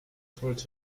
told